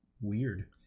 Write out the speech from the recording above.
weird